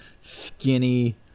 skinny